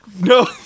No